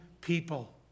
people